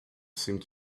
seemed